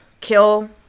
kill